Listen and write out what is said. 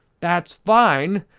that's fine.